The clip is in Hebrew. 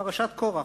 פרשת קורח.